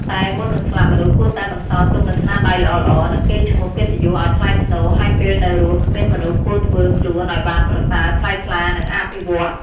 តែមុននឹងស្លាប់មនុស្សគួរតែបន្សល់ទុកនូវស្នាដៃល្អៗ និងកេរ្តិ៍ឈ្មោះកិត្តិយសឲ្យថ្លៃថ្នូរហើយពេលនៅរស់គ្មានមនុស្សគួរធ្វើខ្លួនអោយបានប្រសើរថ្លៃថ្លានិងអភិវឌ្ឍន៍ ។